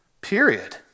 Period